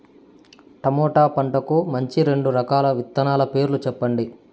tomato పంటకు మంచి రెండు రకాల విత్తనాల పేర్లు సెప్పండి